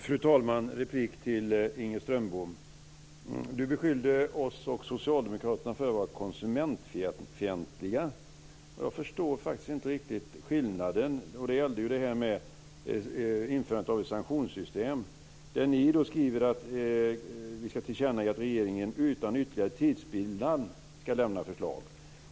Fru talman! Inger Strömbom beskyllde oss och Socialdemokraterna för att vara konsumentfientliga. Jag förstår faktiskt inte riktigt skillnaden. Det gällde införandet av ett sanktionssystem. Ni skriver att vi ska tillkännage att regeringen utan ytterligare tidsspillan ska lämna förslag.